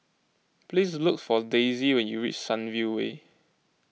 please look for Daisye when you reach Sunview Way